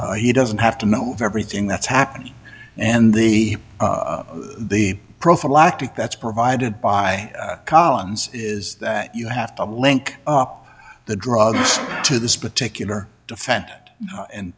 in he doesn't have to know everything that's happening and the the prophylactic that's provided by collins is that you have to link up the drugs to this particular defense and